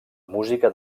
música